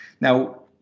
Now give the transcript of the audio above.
Now